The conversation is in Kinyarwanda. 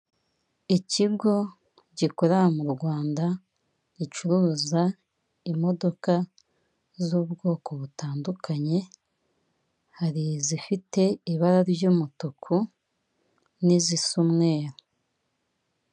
Ikigo gikorera mu rwanda gicuruza imodoka z'ubwoko butandukanye hari izifite ibara ry'umutuku n'izisa umweru.